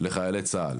לחיילי צה"ל.